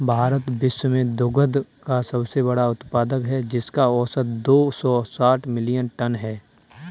भारत विश्व में दुग्ध का सबसे बड़ा उत्पादक है, जिसका औसत दो सौ साठ मिलियन टन है